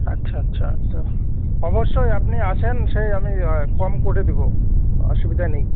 আচ্ছা আচ্ছা তো অবশ্যই আপনি আসুন সে আমি কম করে দেবো অসুবিধা নেই